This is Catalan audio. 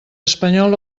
espanyol